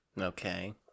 Okay